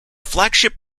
flagship